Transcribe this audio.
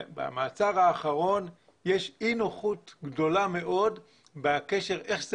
במעצר האחרון יש אי נוחות גדולה מאוד לגבי איך זה